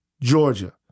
Georgia